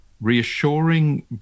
reassuring